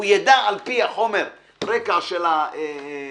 הוא יידע לפי חומר הרקע של הרכב,